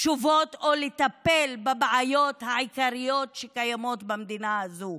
תשובות ולטפל בבעיות העיקריות שקיימות במדינה הזאת: